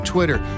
Twitter